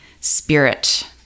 spirit